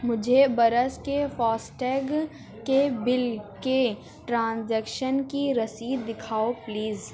مجھے برس کے فاسٹیگ کے بل کے ٹرانزیکشن کی رسید دکھاؤ پلیز